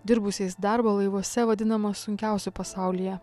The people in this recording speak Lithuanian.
dirbusiais darbo laivuose vadinamo sunkiausiu pasaulyje